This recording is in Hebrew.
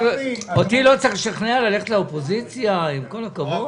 אותי לא צריך לשכנע ללכת לאופוזיציה, עם כל הכבוד.